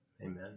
Amen